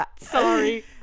Sorry